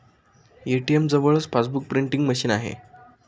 ATM जवळच passbook printing machine आहे